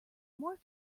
more